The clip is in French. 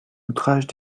outrages